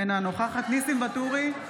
אינה נוכחת ניסים ואטורי,